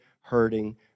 hurting